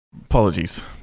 apologies